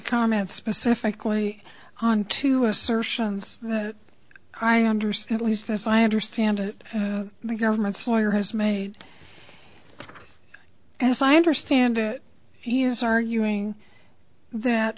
comment specifically on two assertions that i understand least as i understand it the government's lawyer has made as i understand it he is arguing that